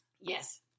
Yes